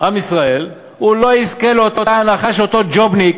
עם ישראל, לא יזכה לאותה הנחה שאותו ג'ובניק